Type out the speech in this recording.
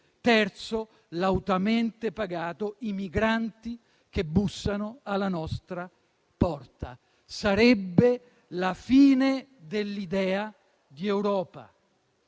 terzo, lautamente pagato, i migranti che bussano alla nostra porta. Sarebbe la fine dell'idea di Europa,